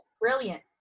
brilliant